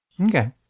Okay